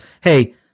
Hey